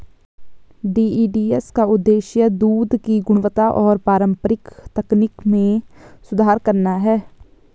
DEDS का उद्देश्य दूध की गुणवत्ता और पारंपरिक तकनीक में सुधार करना है